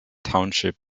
township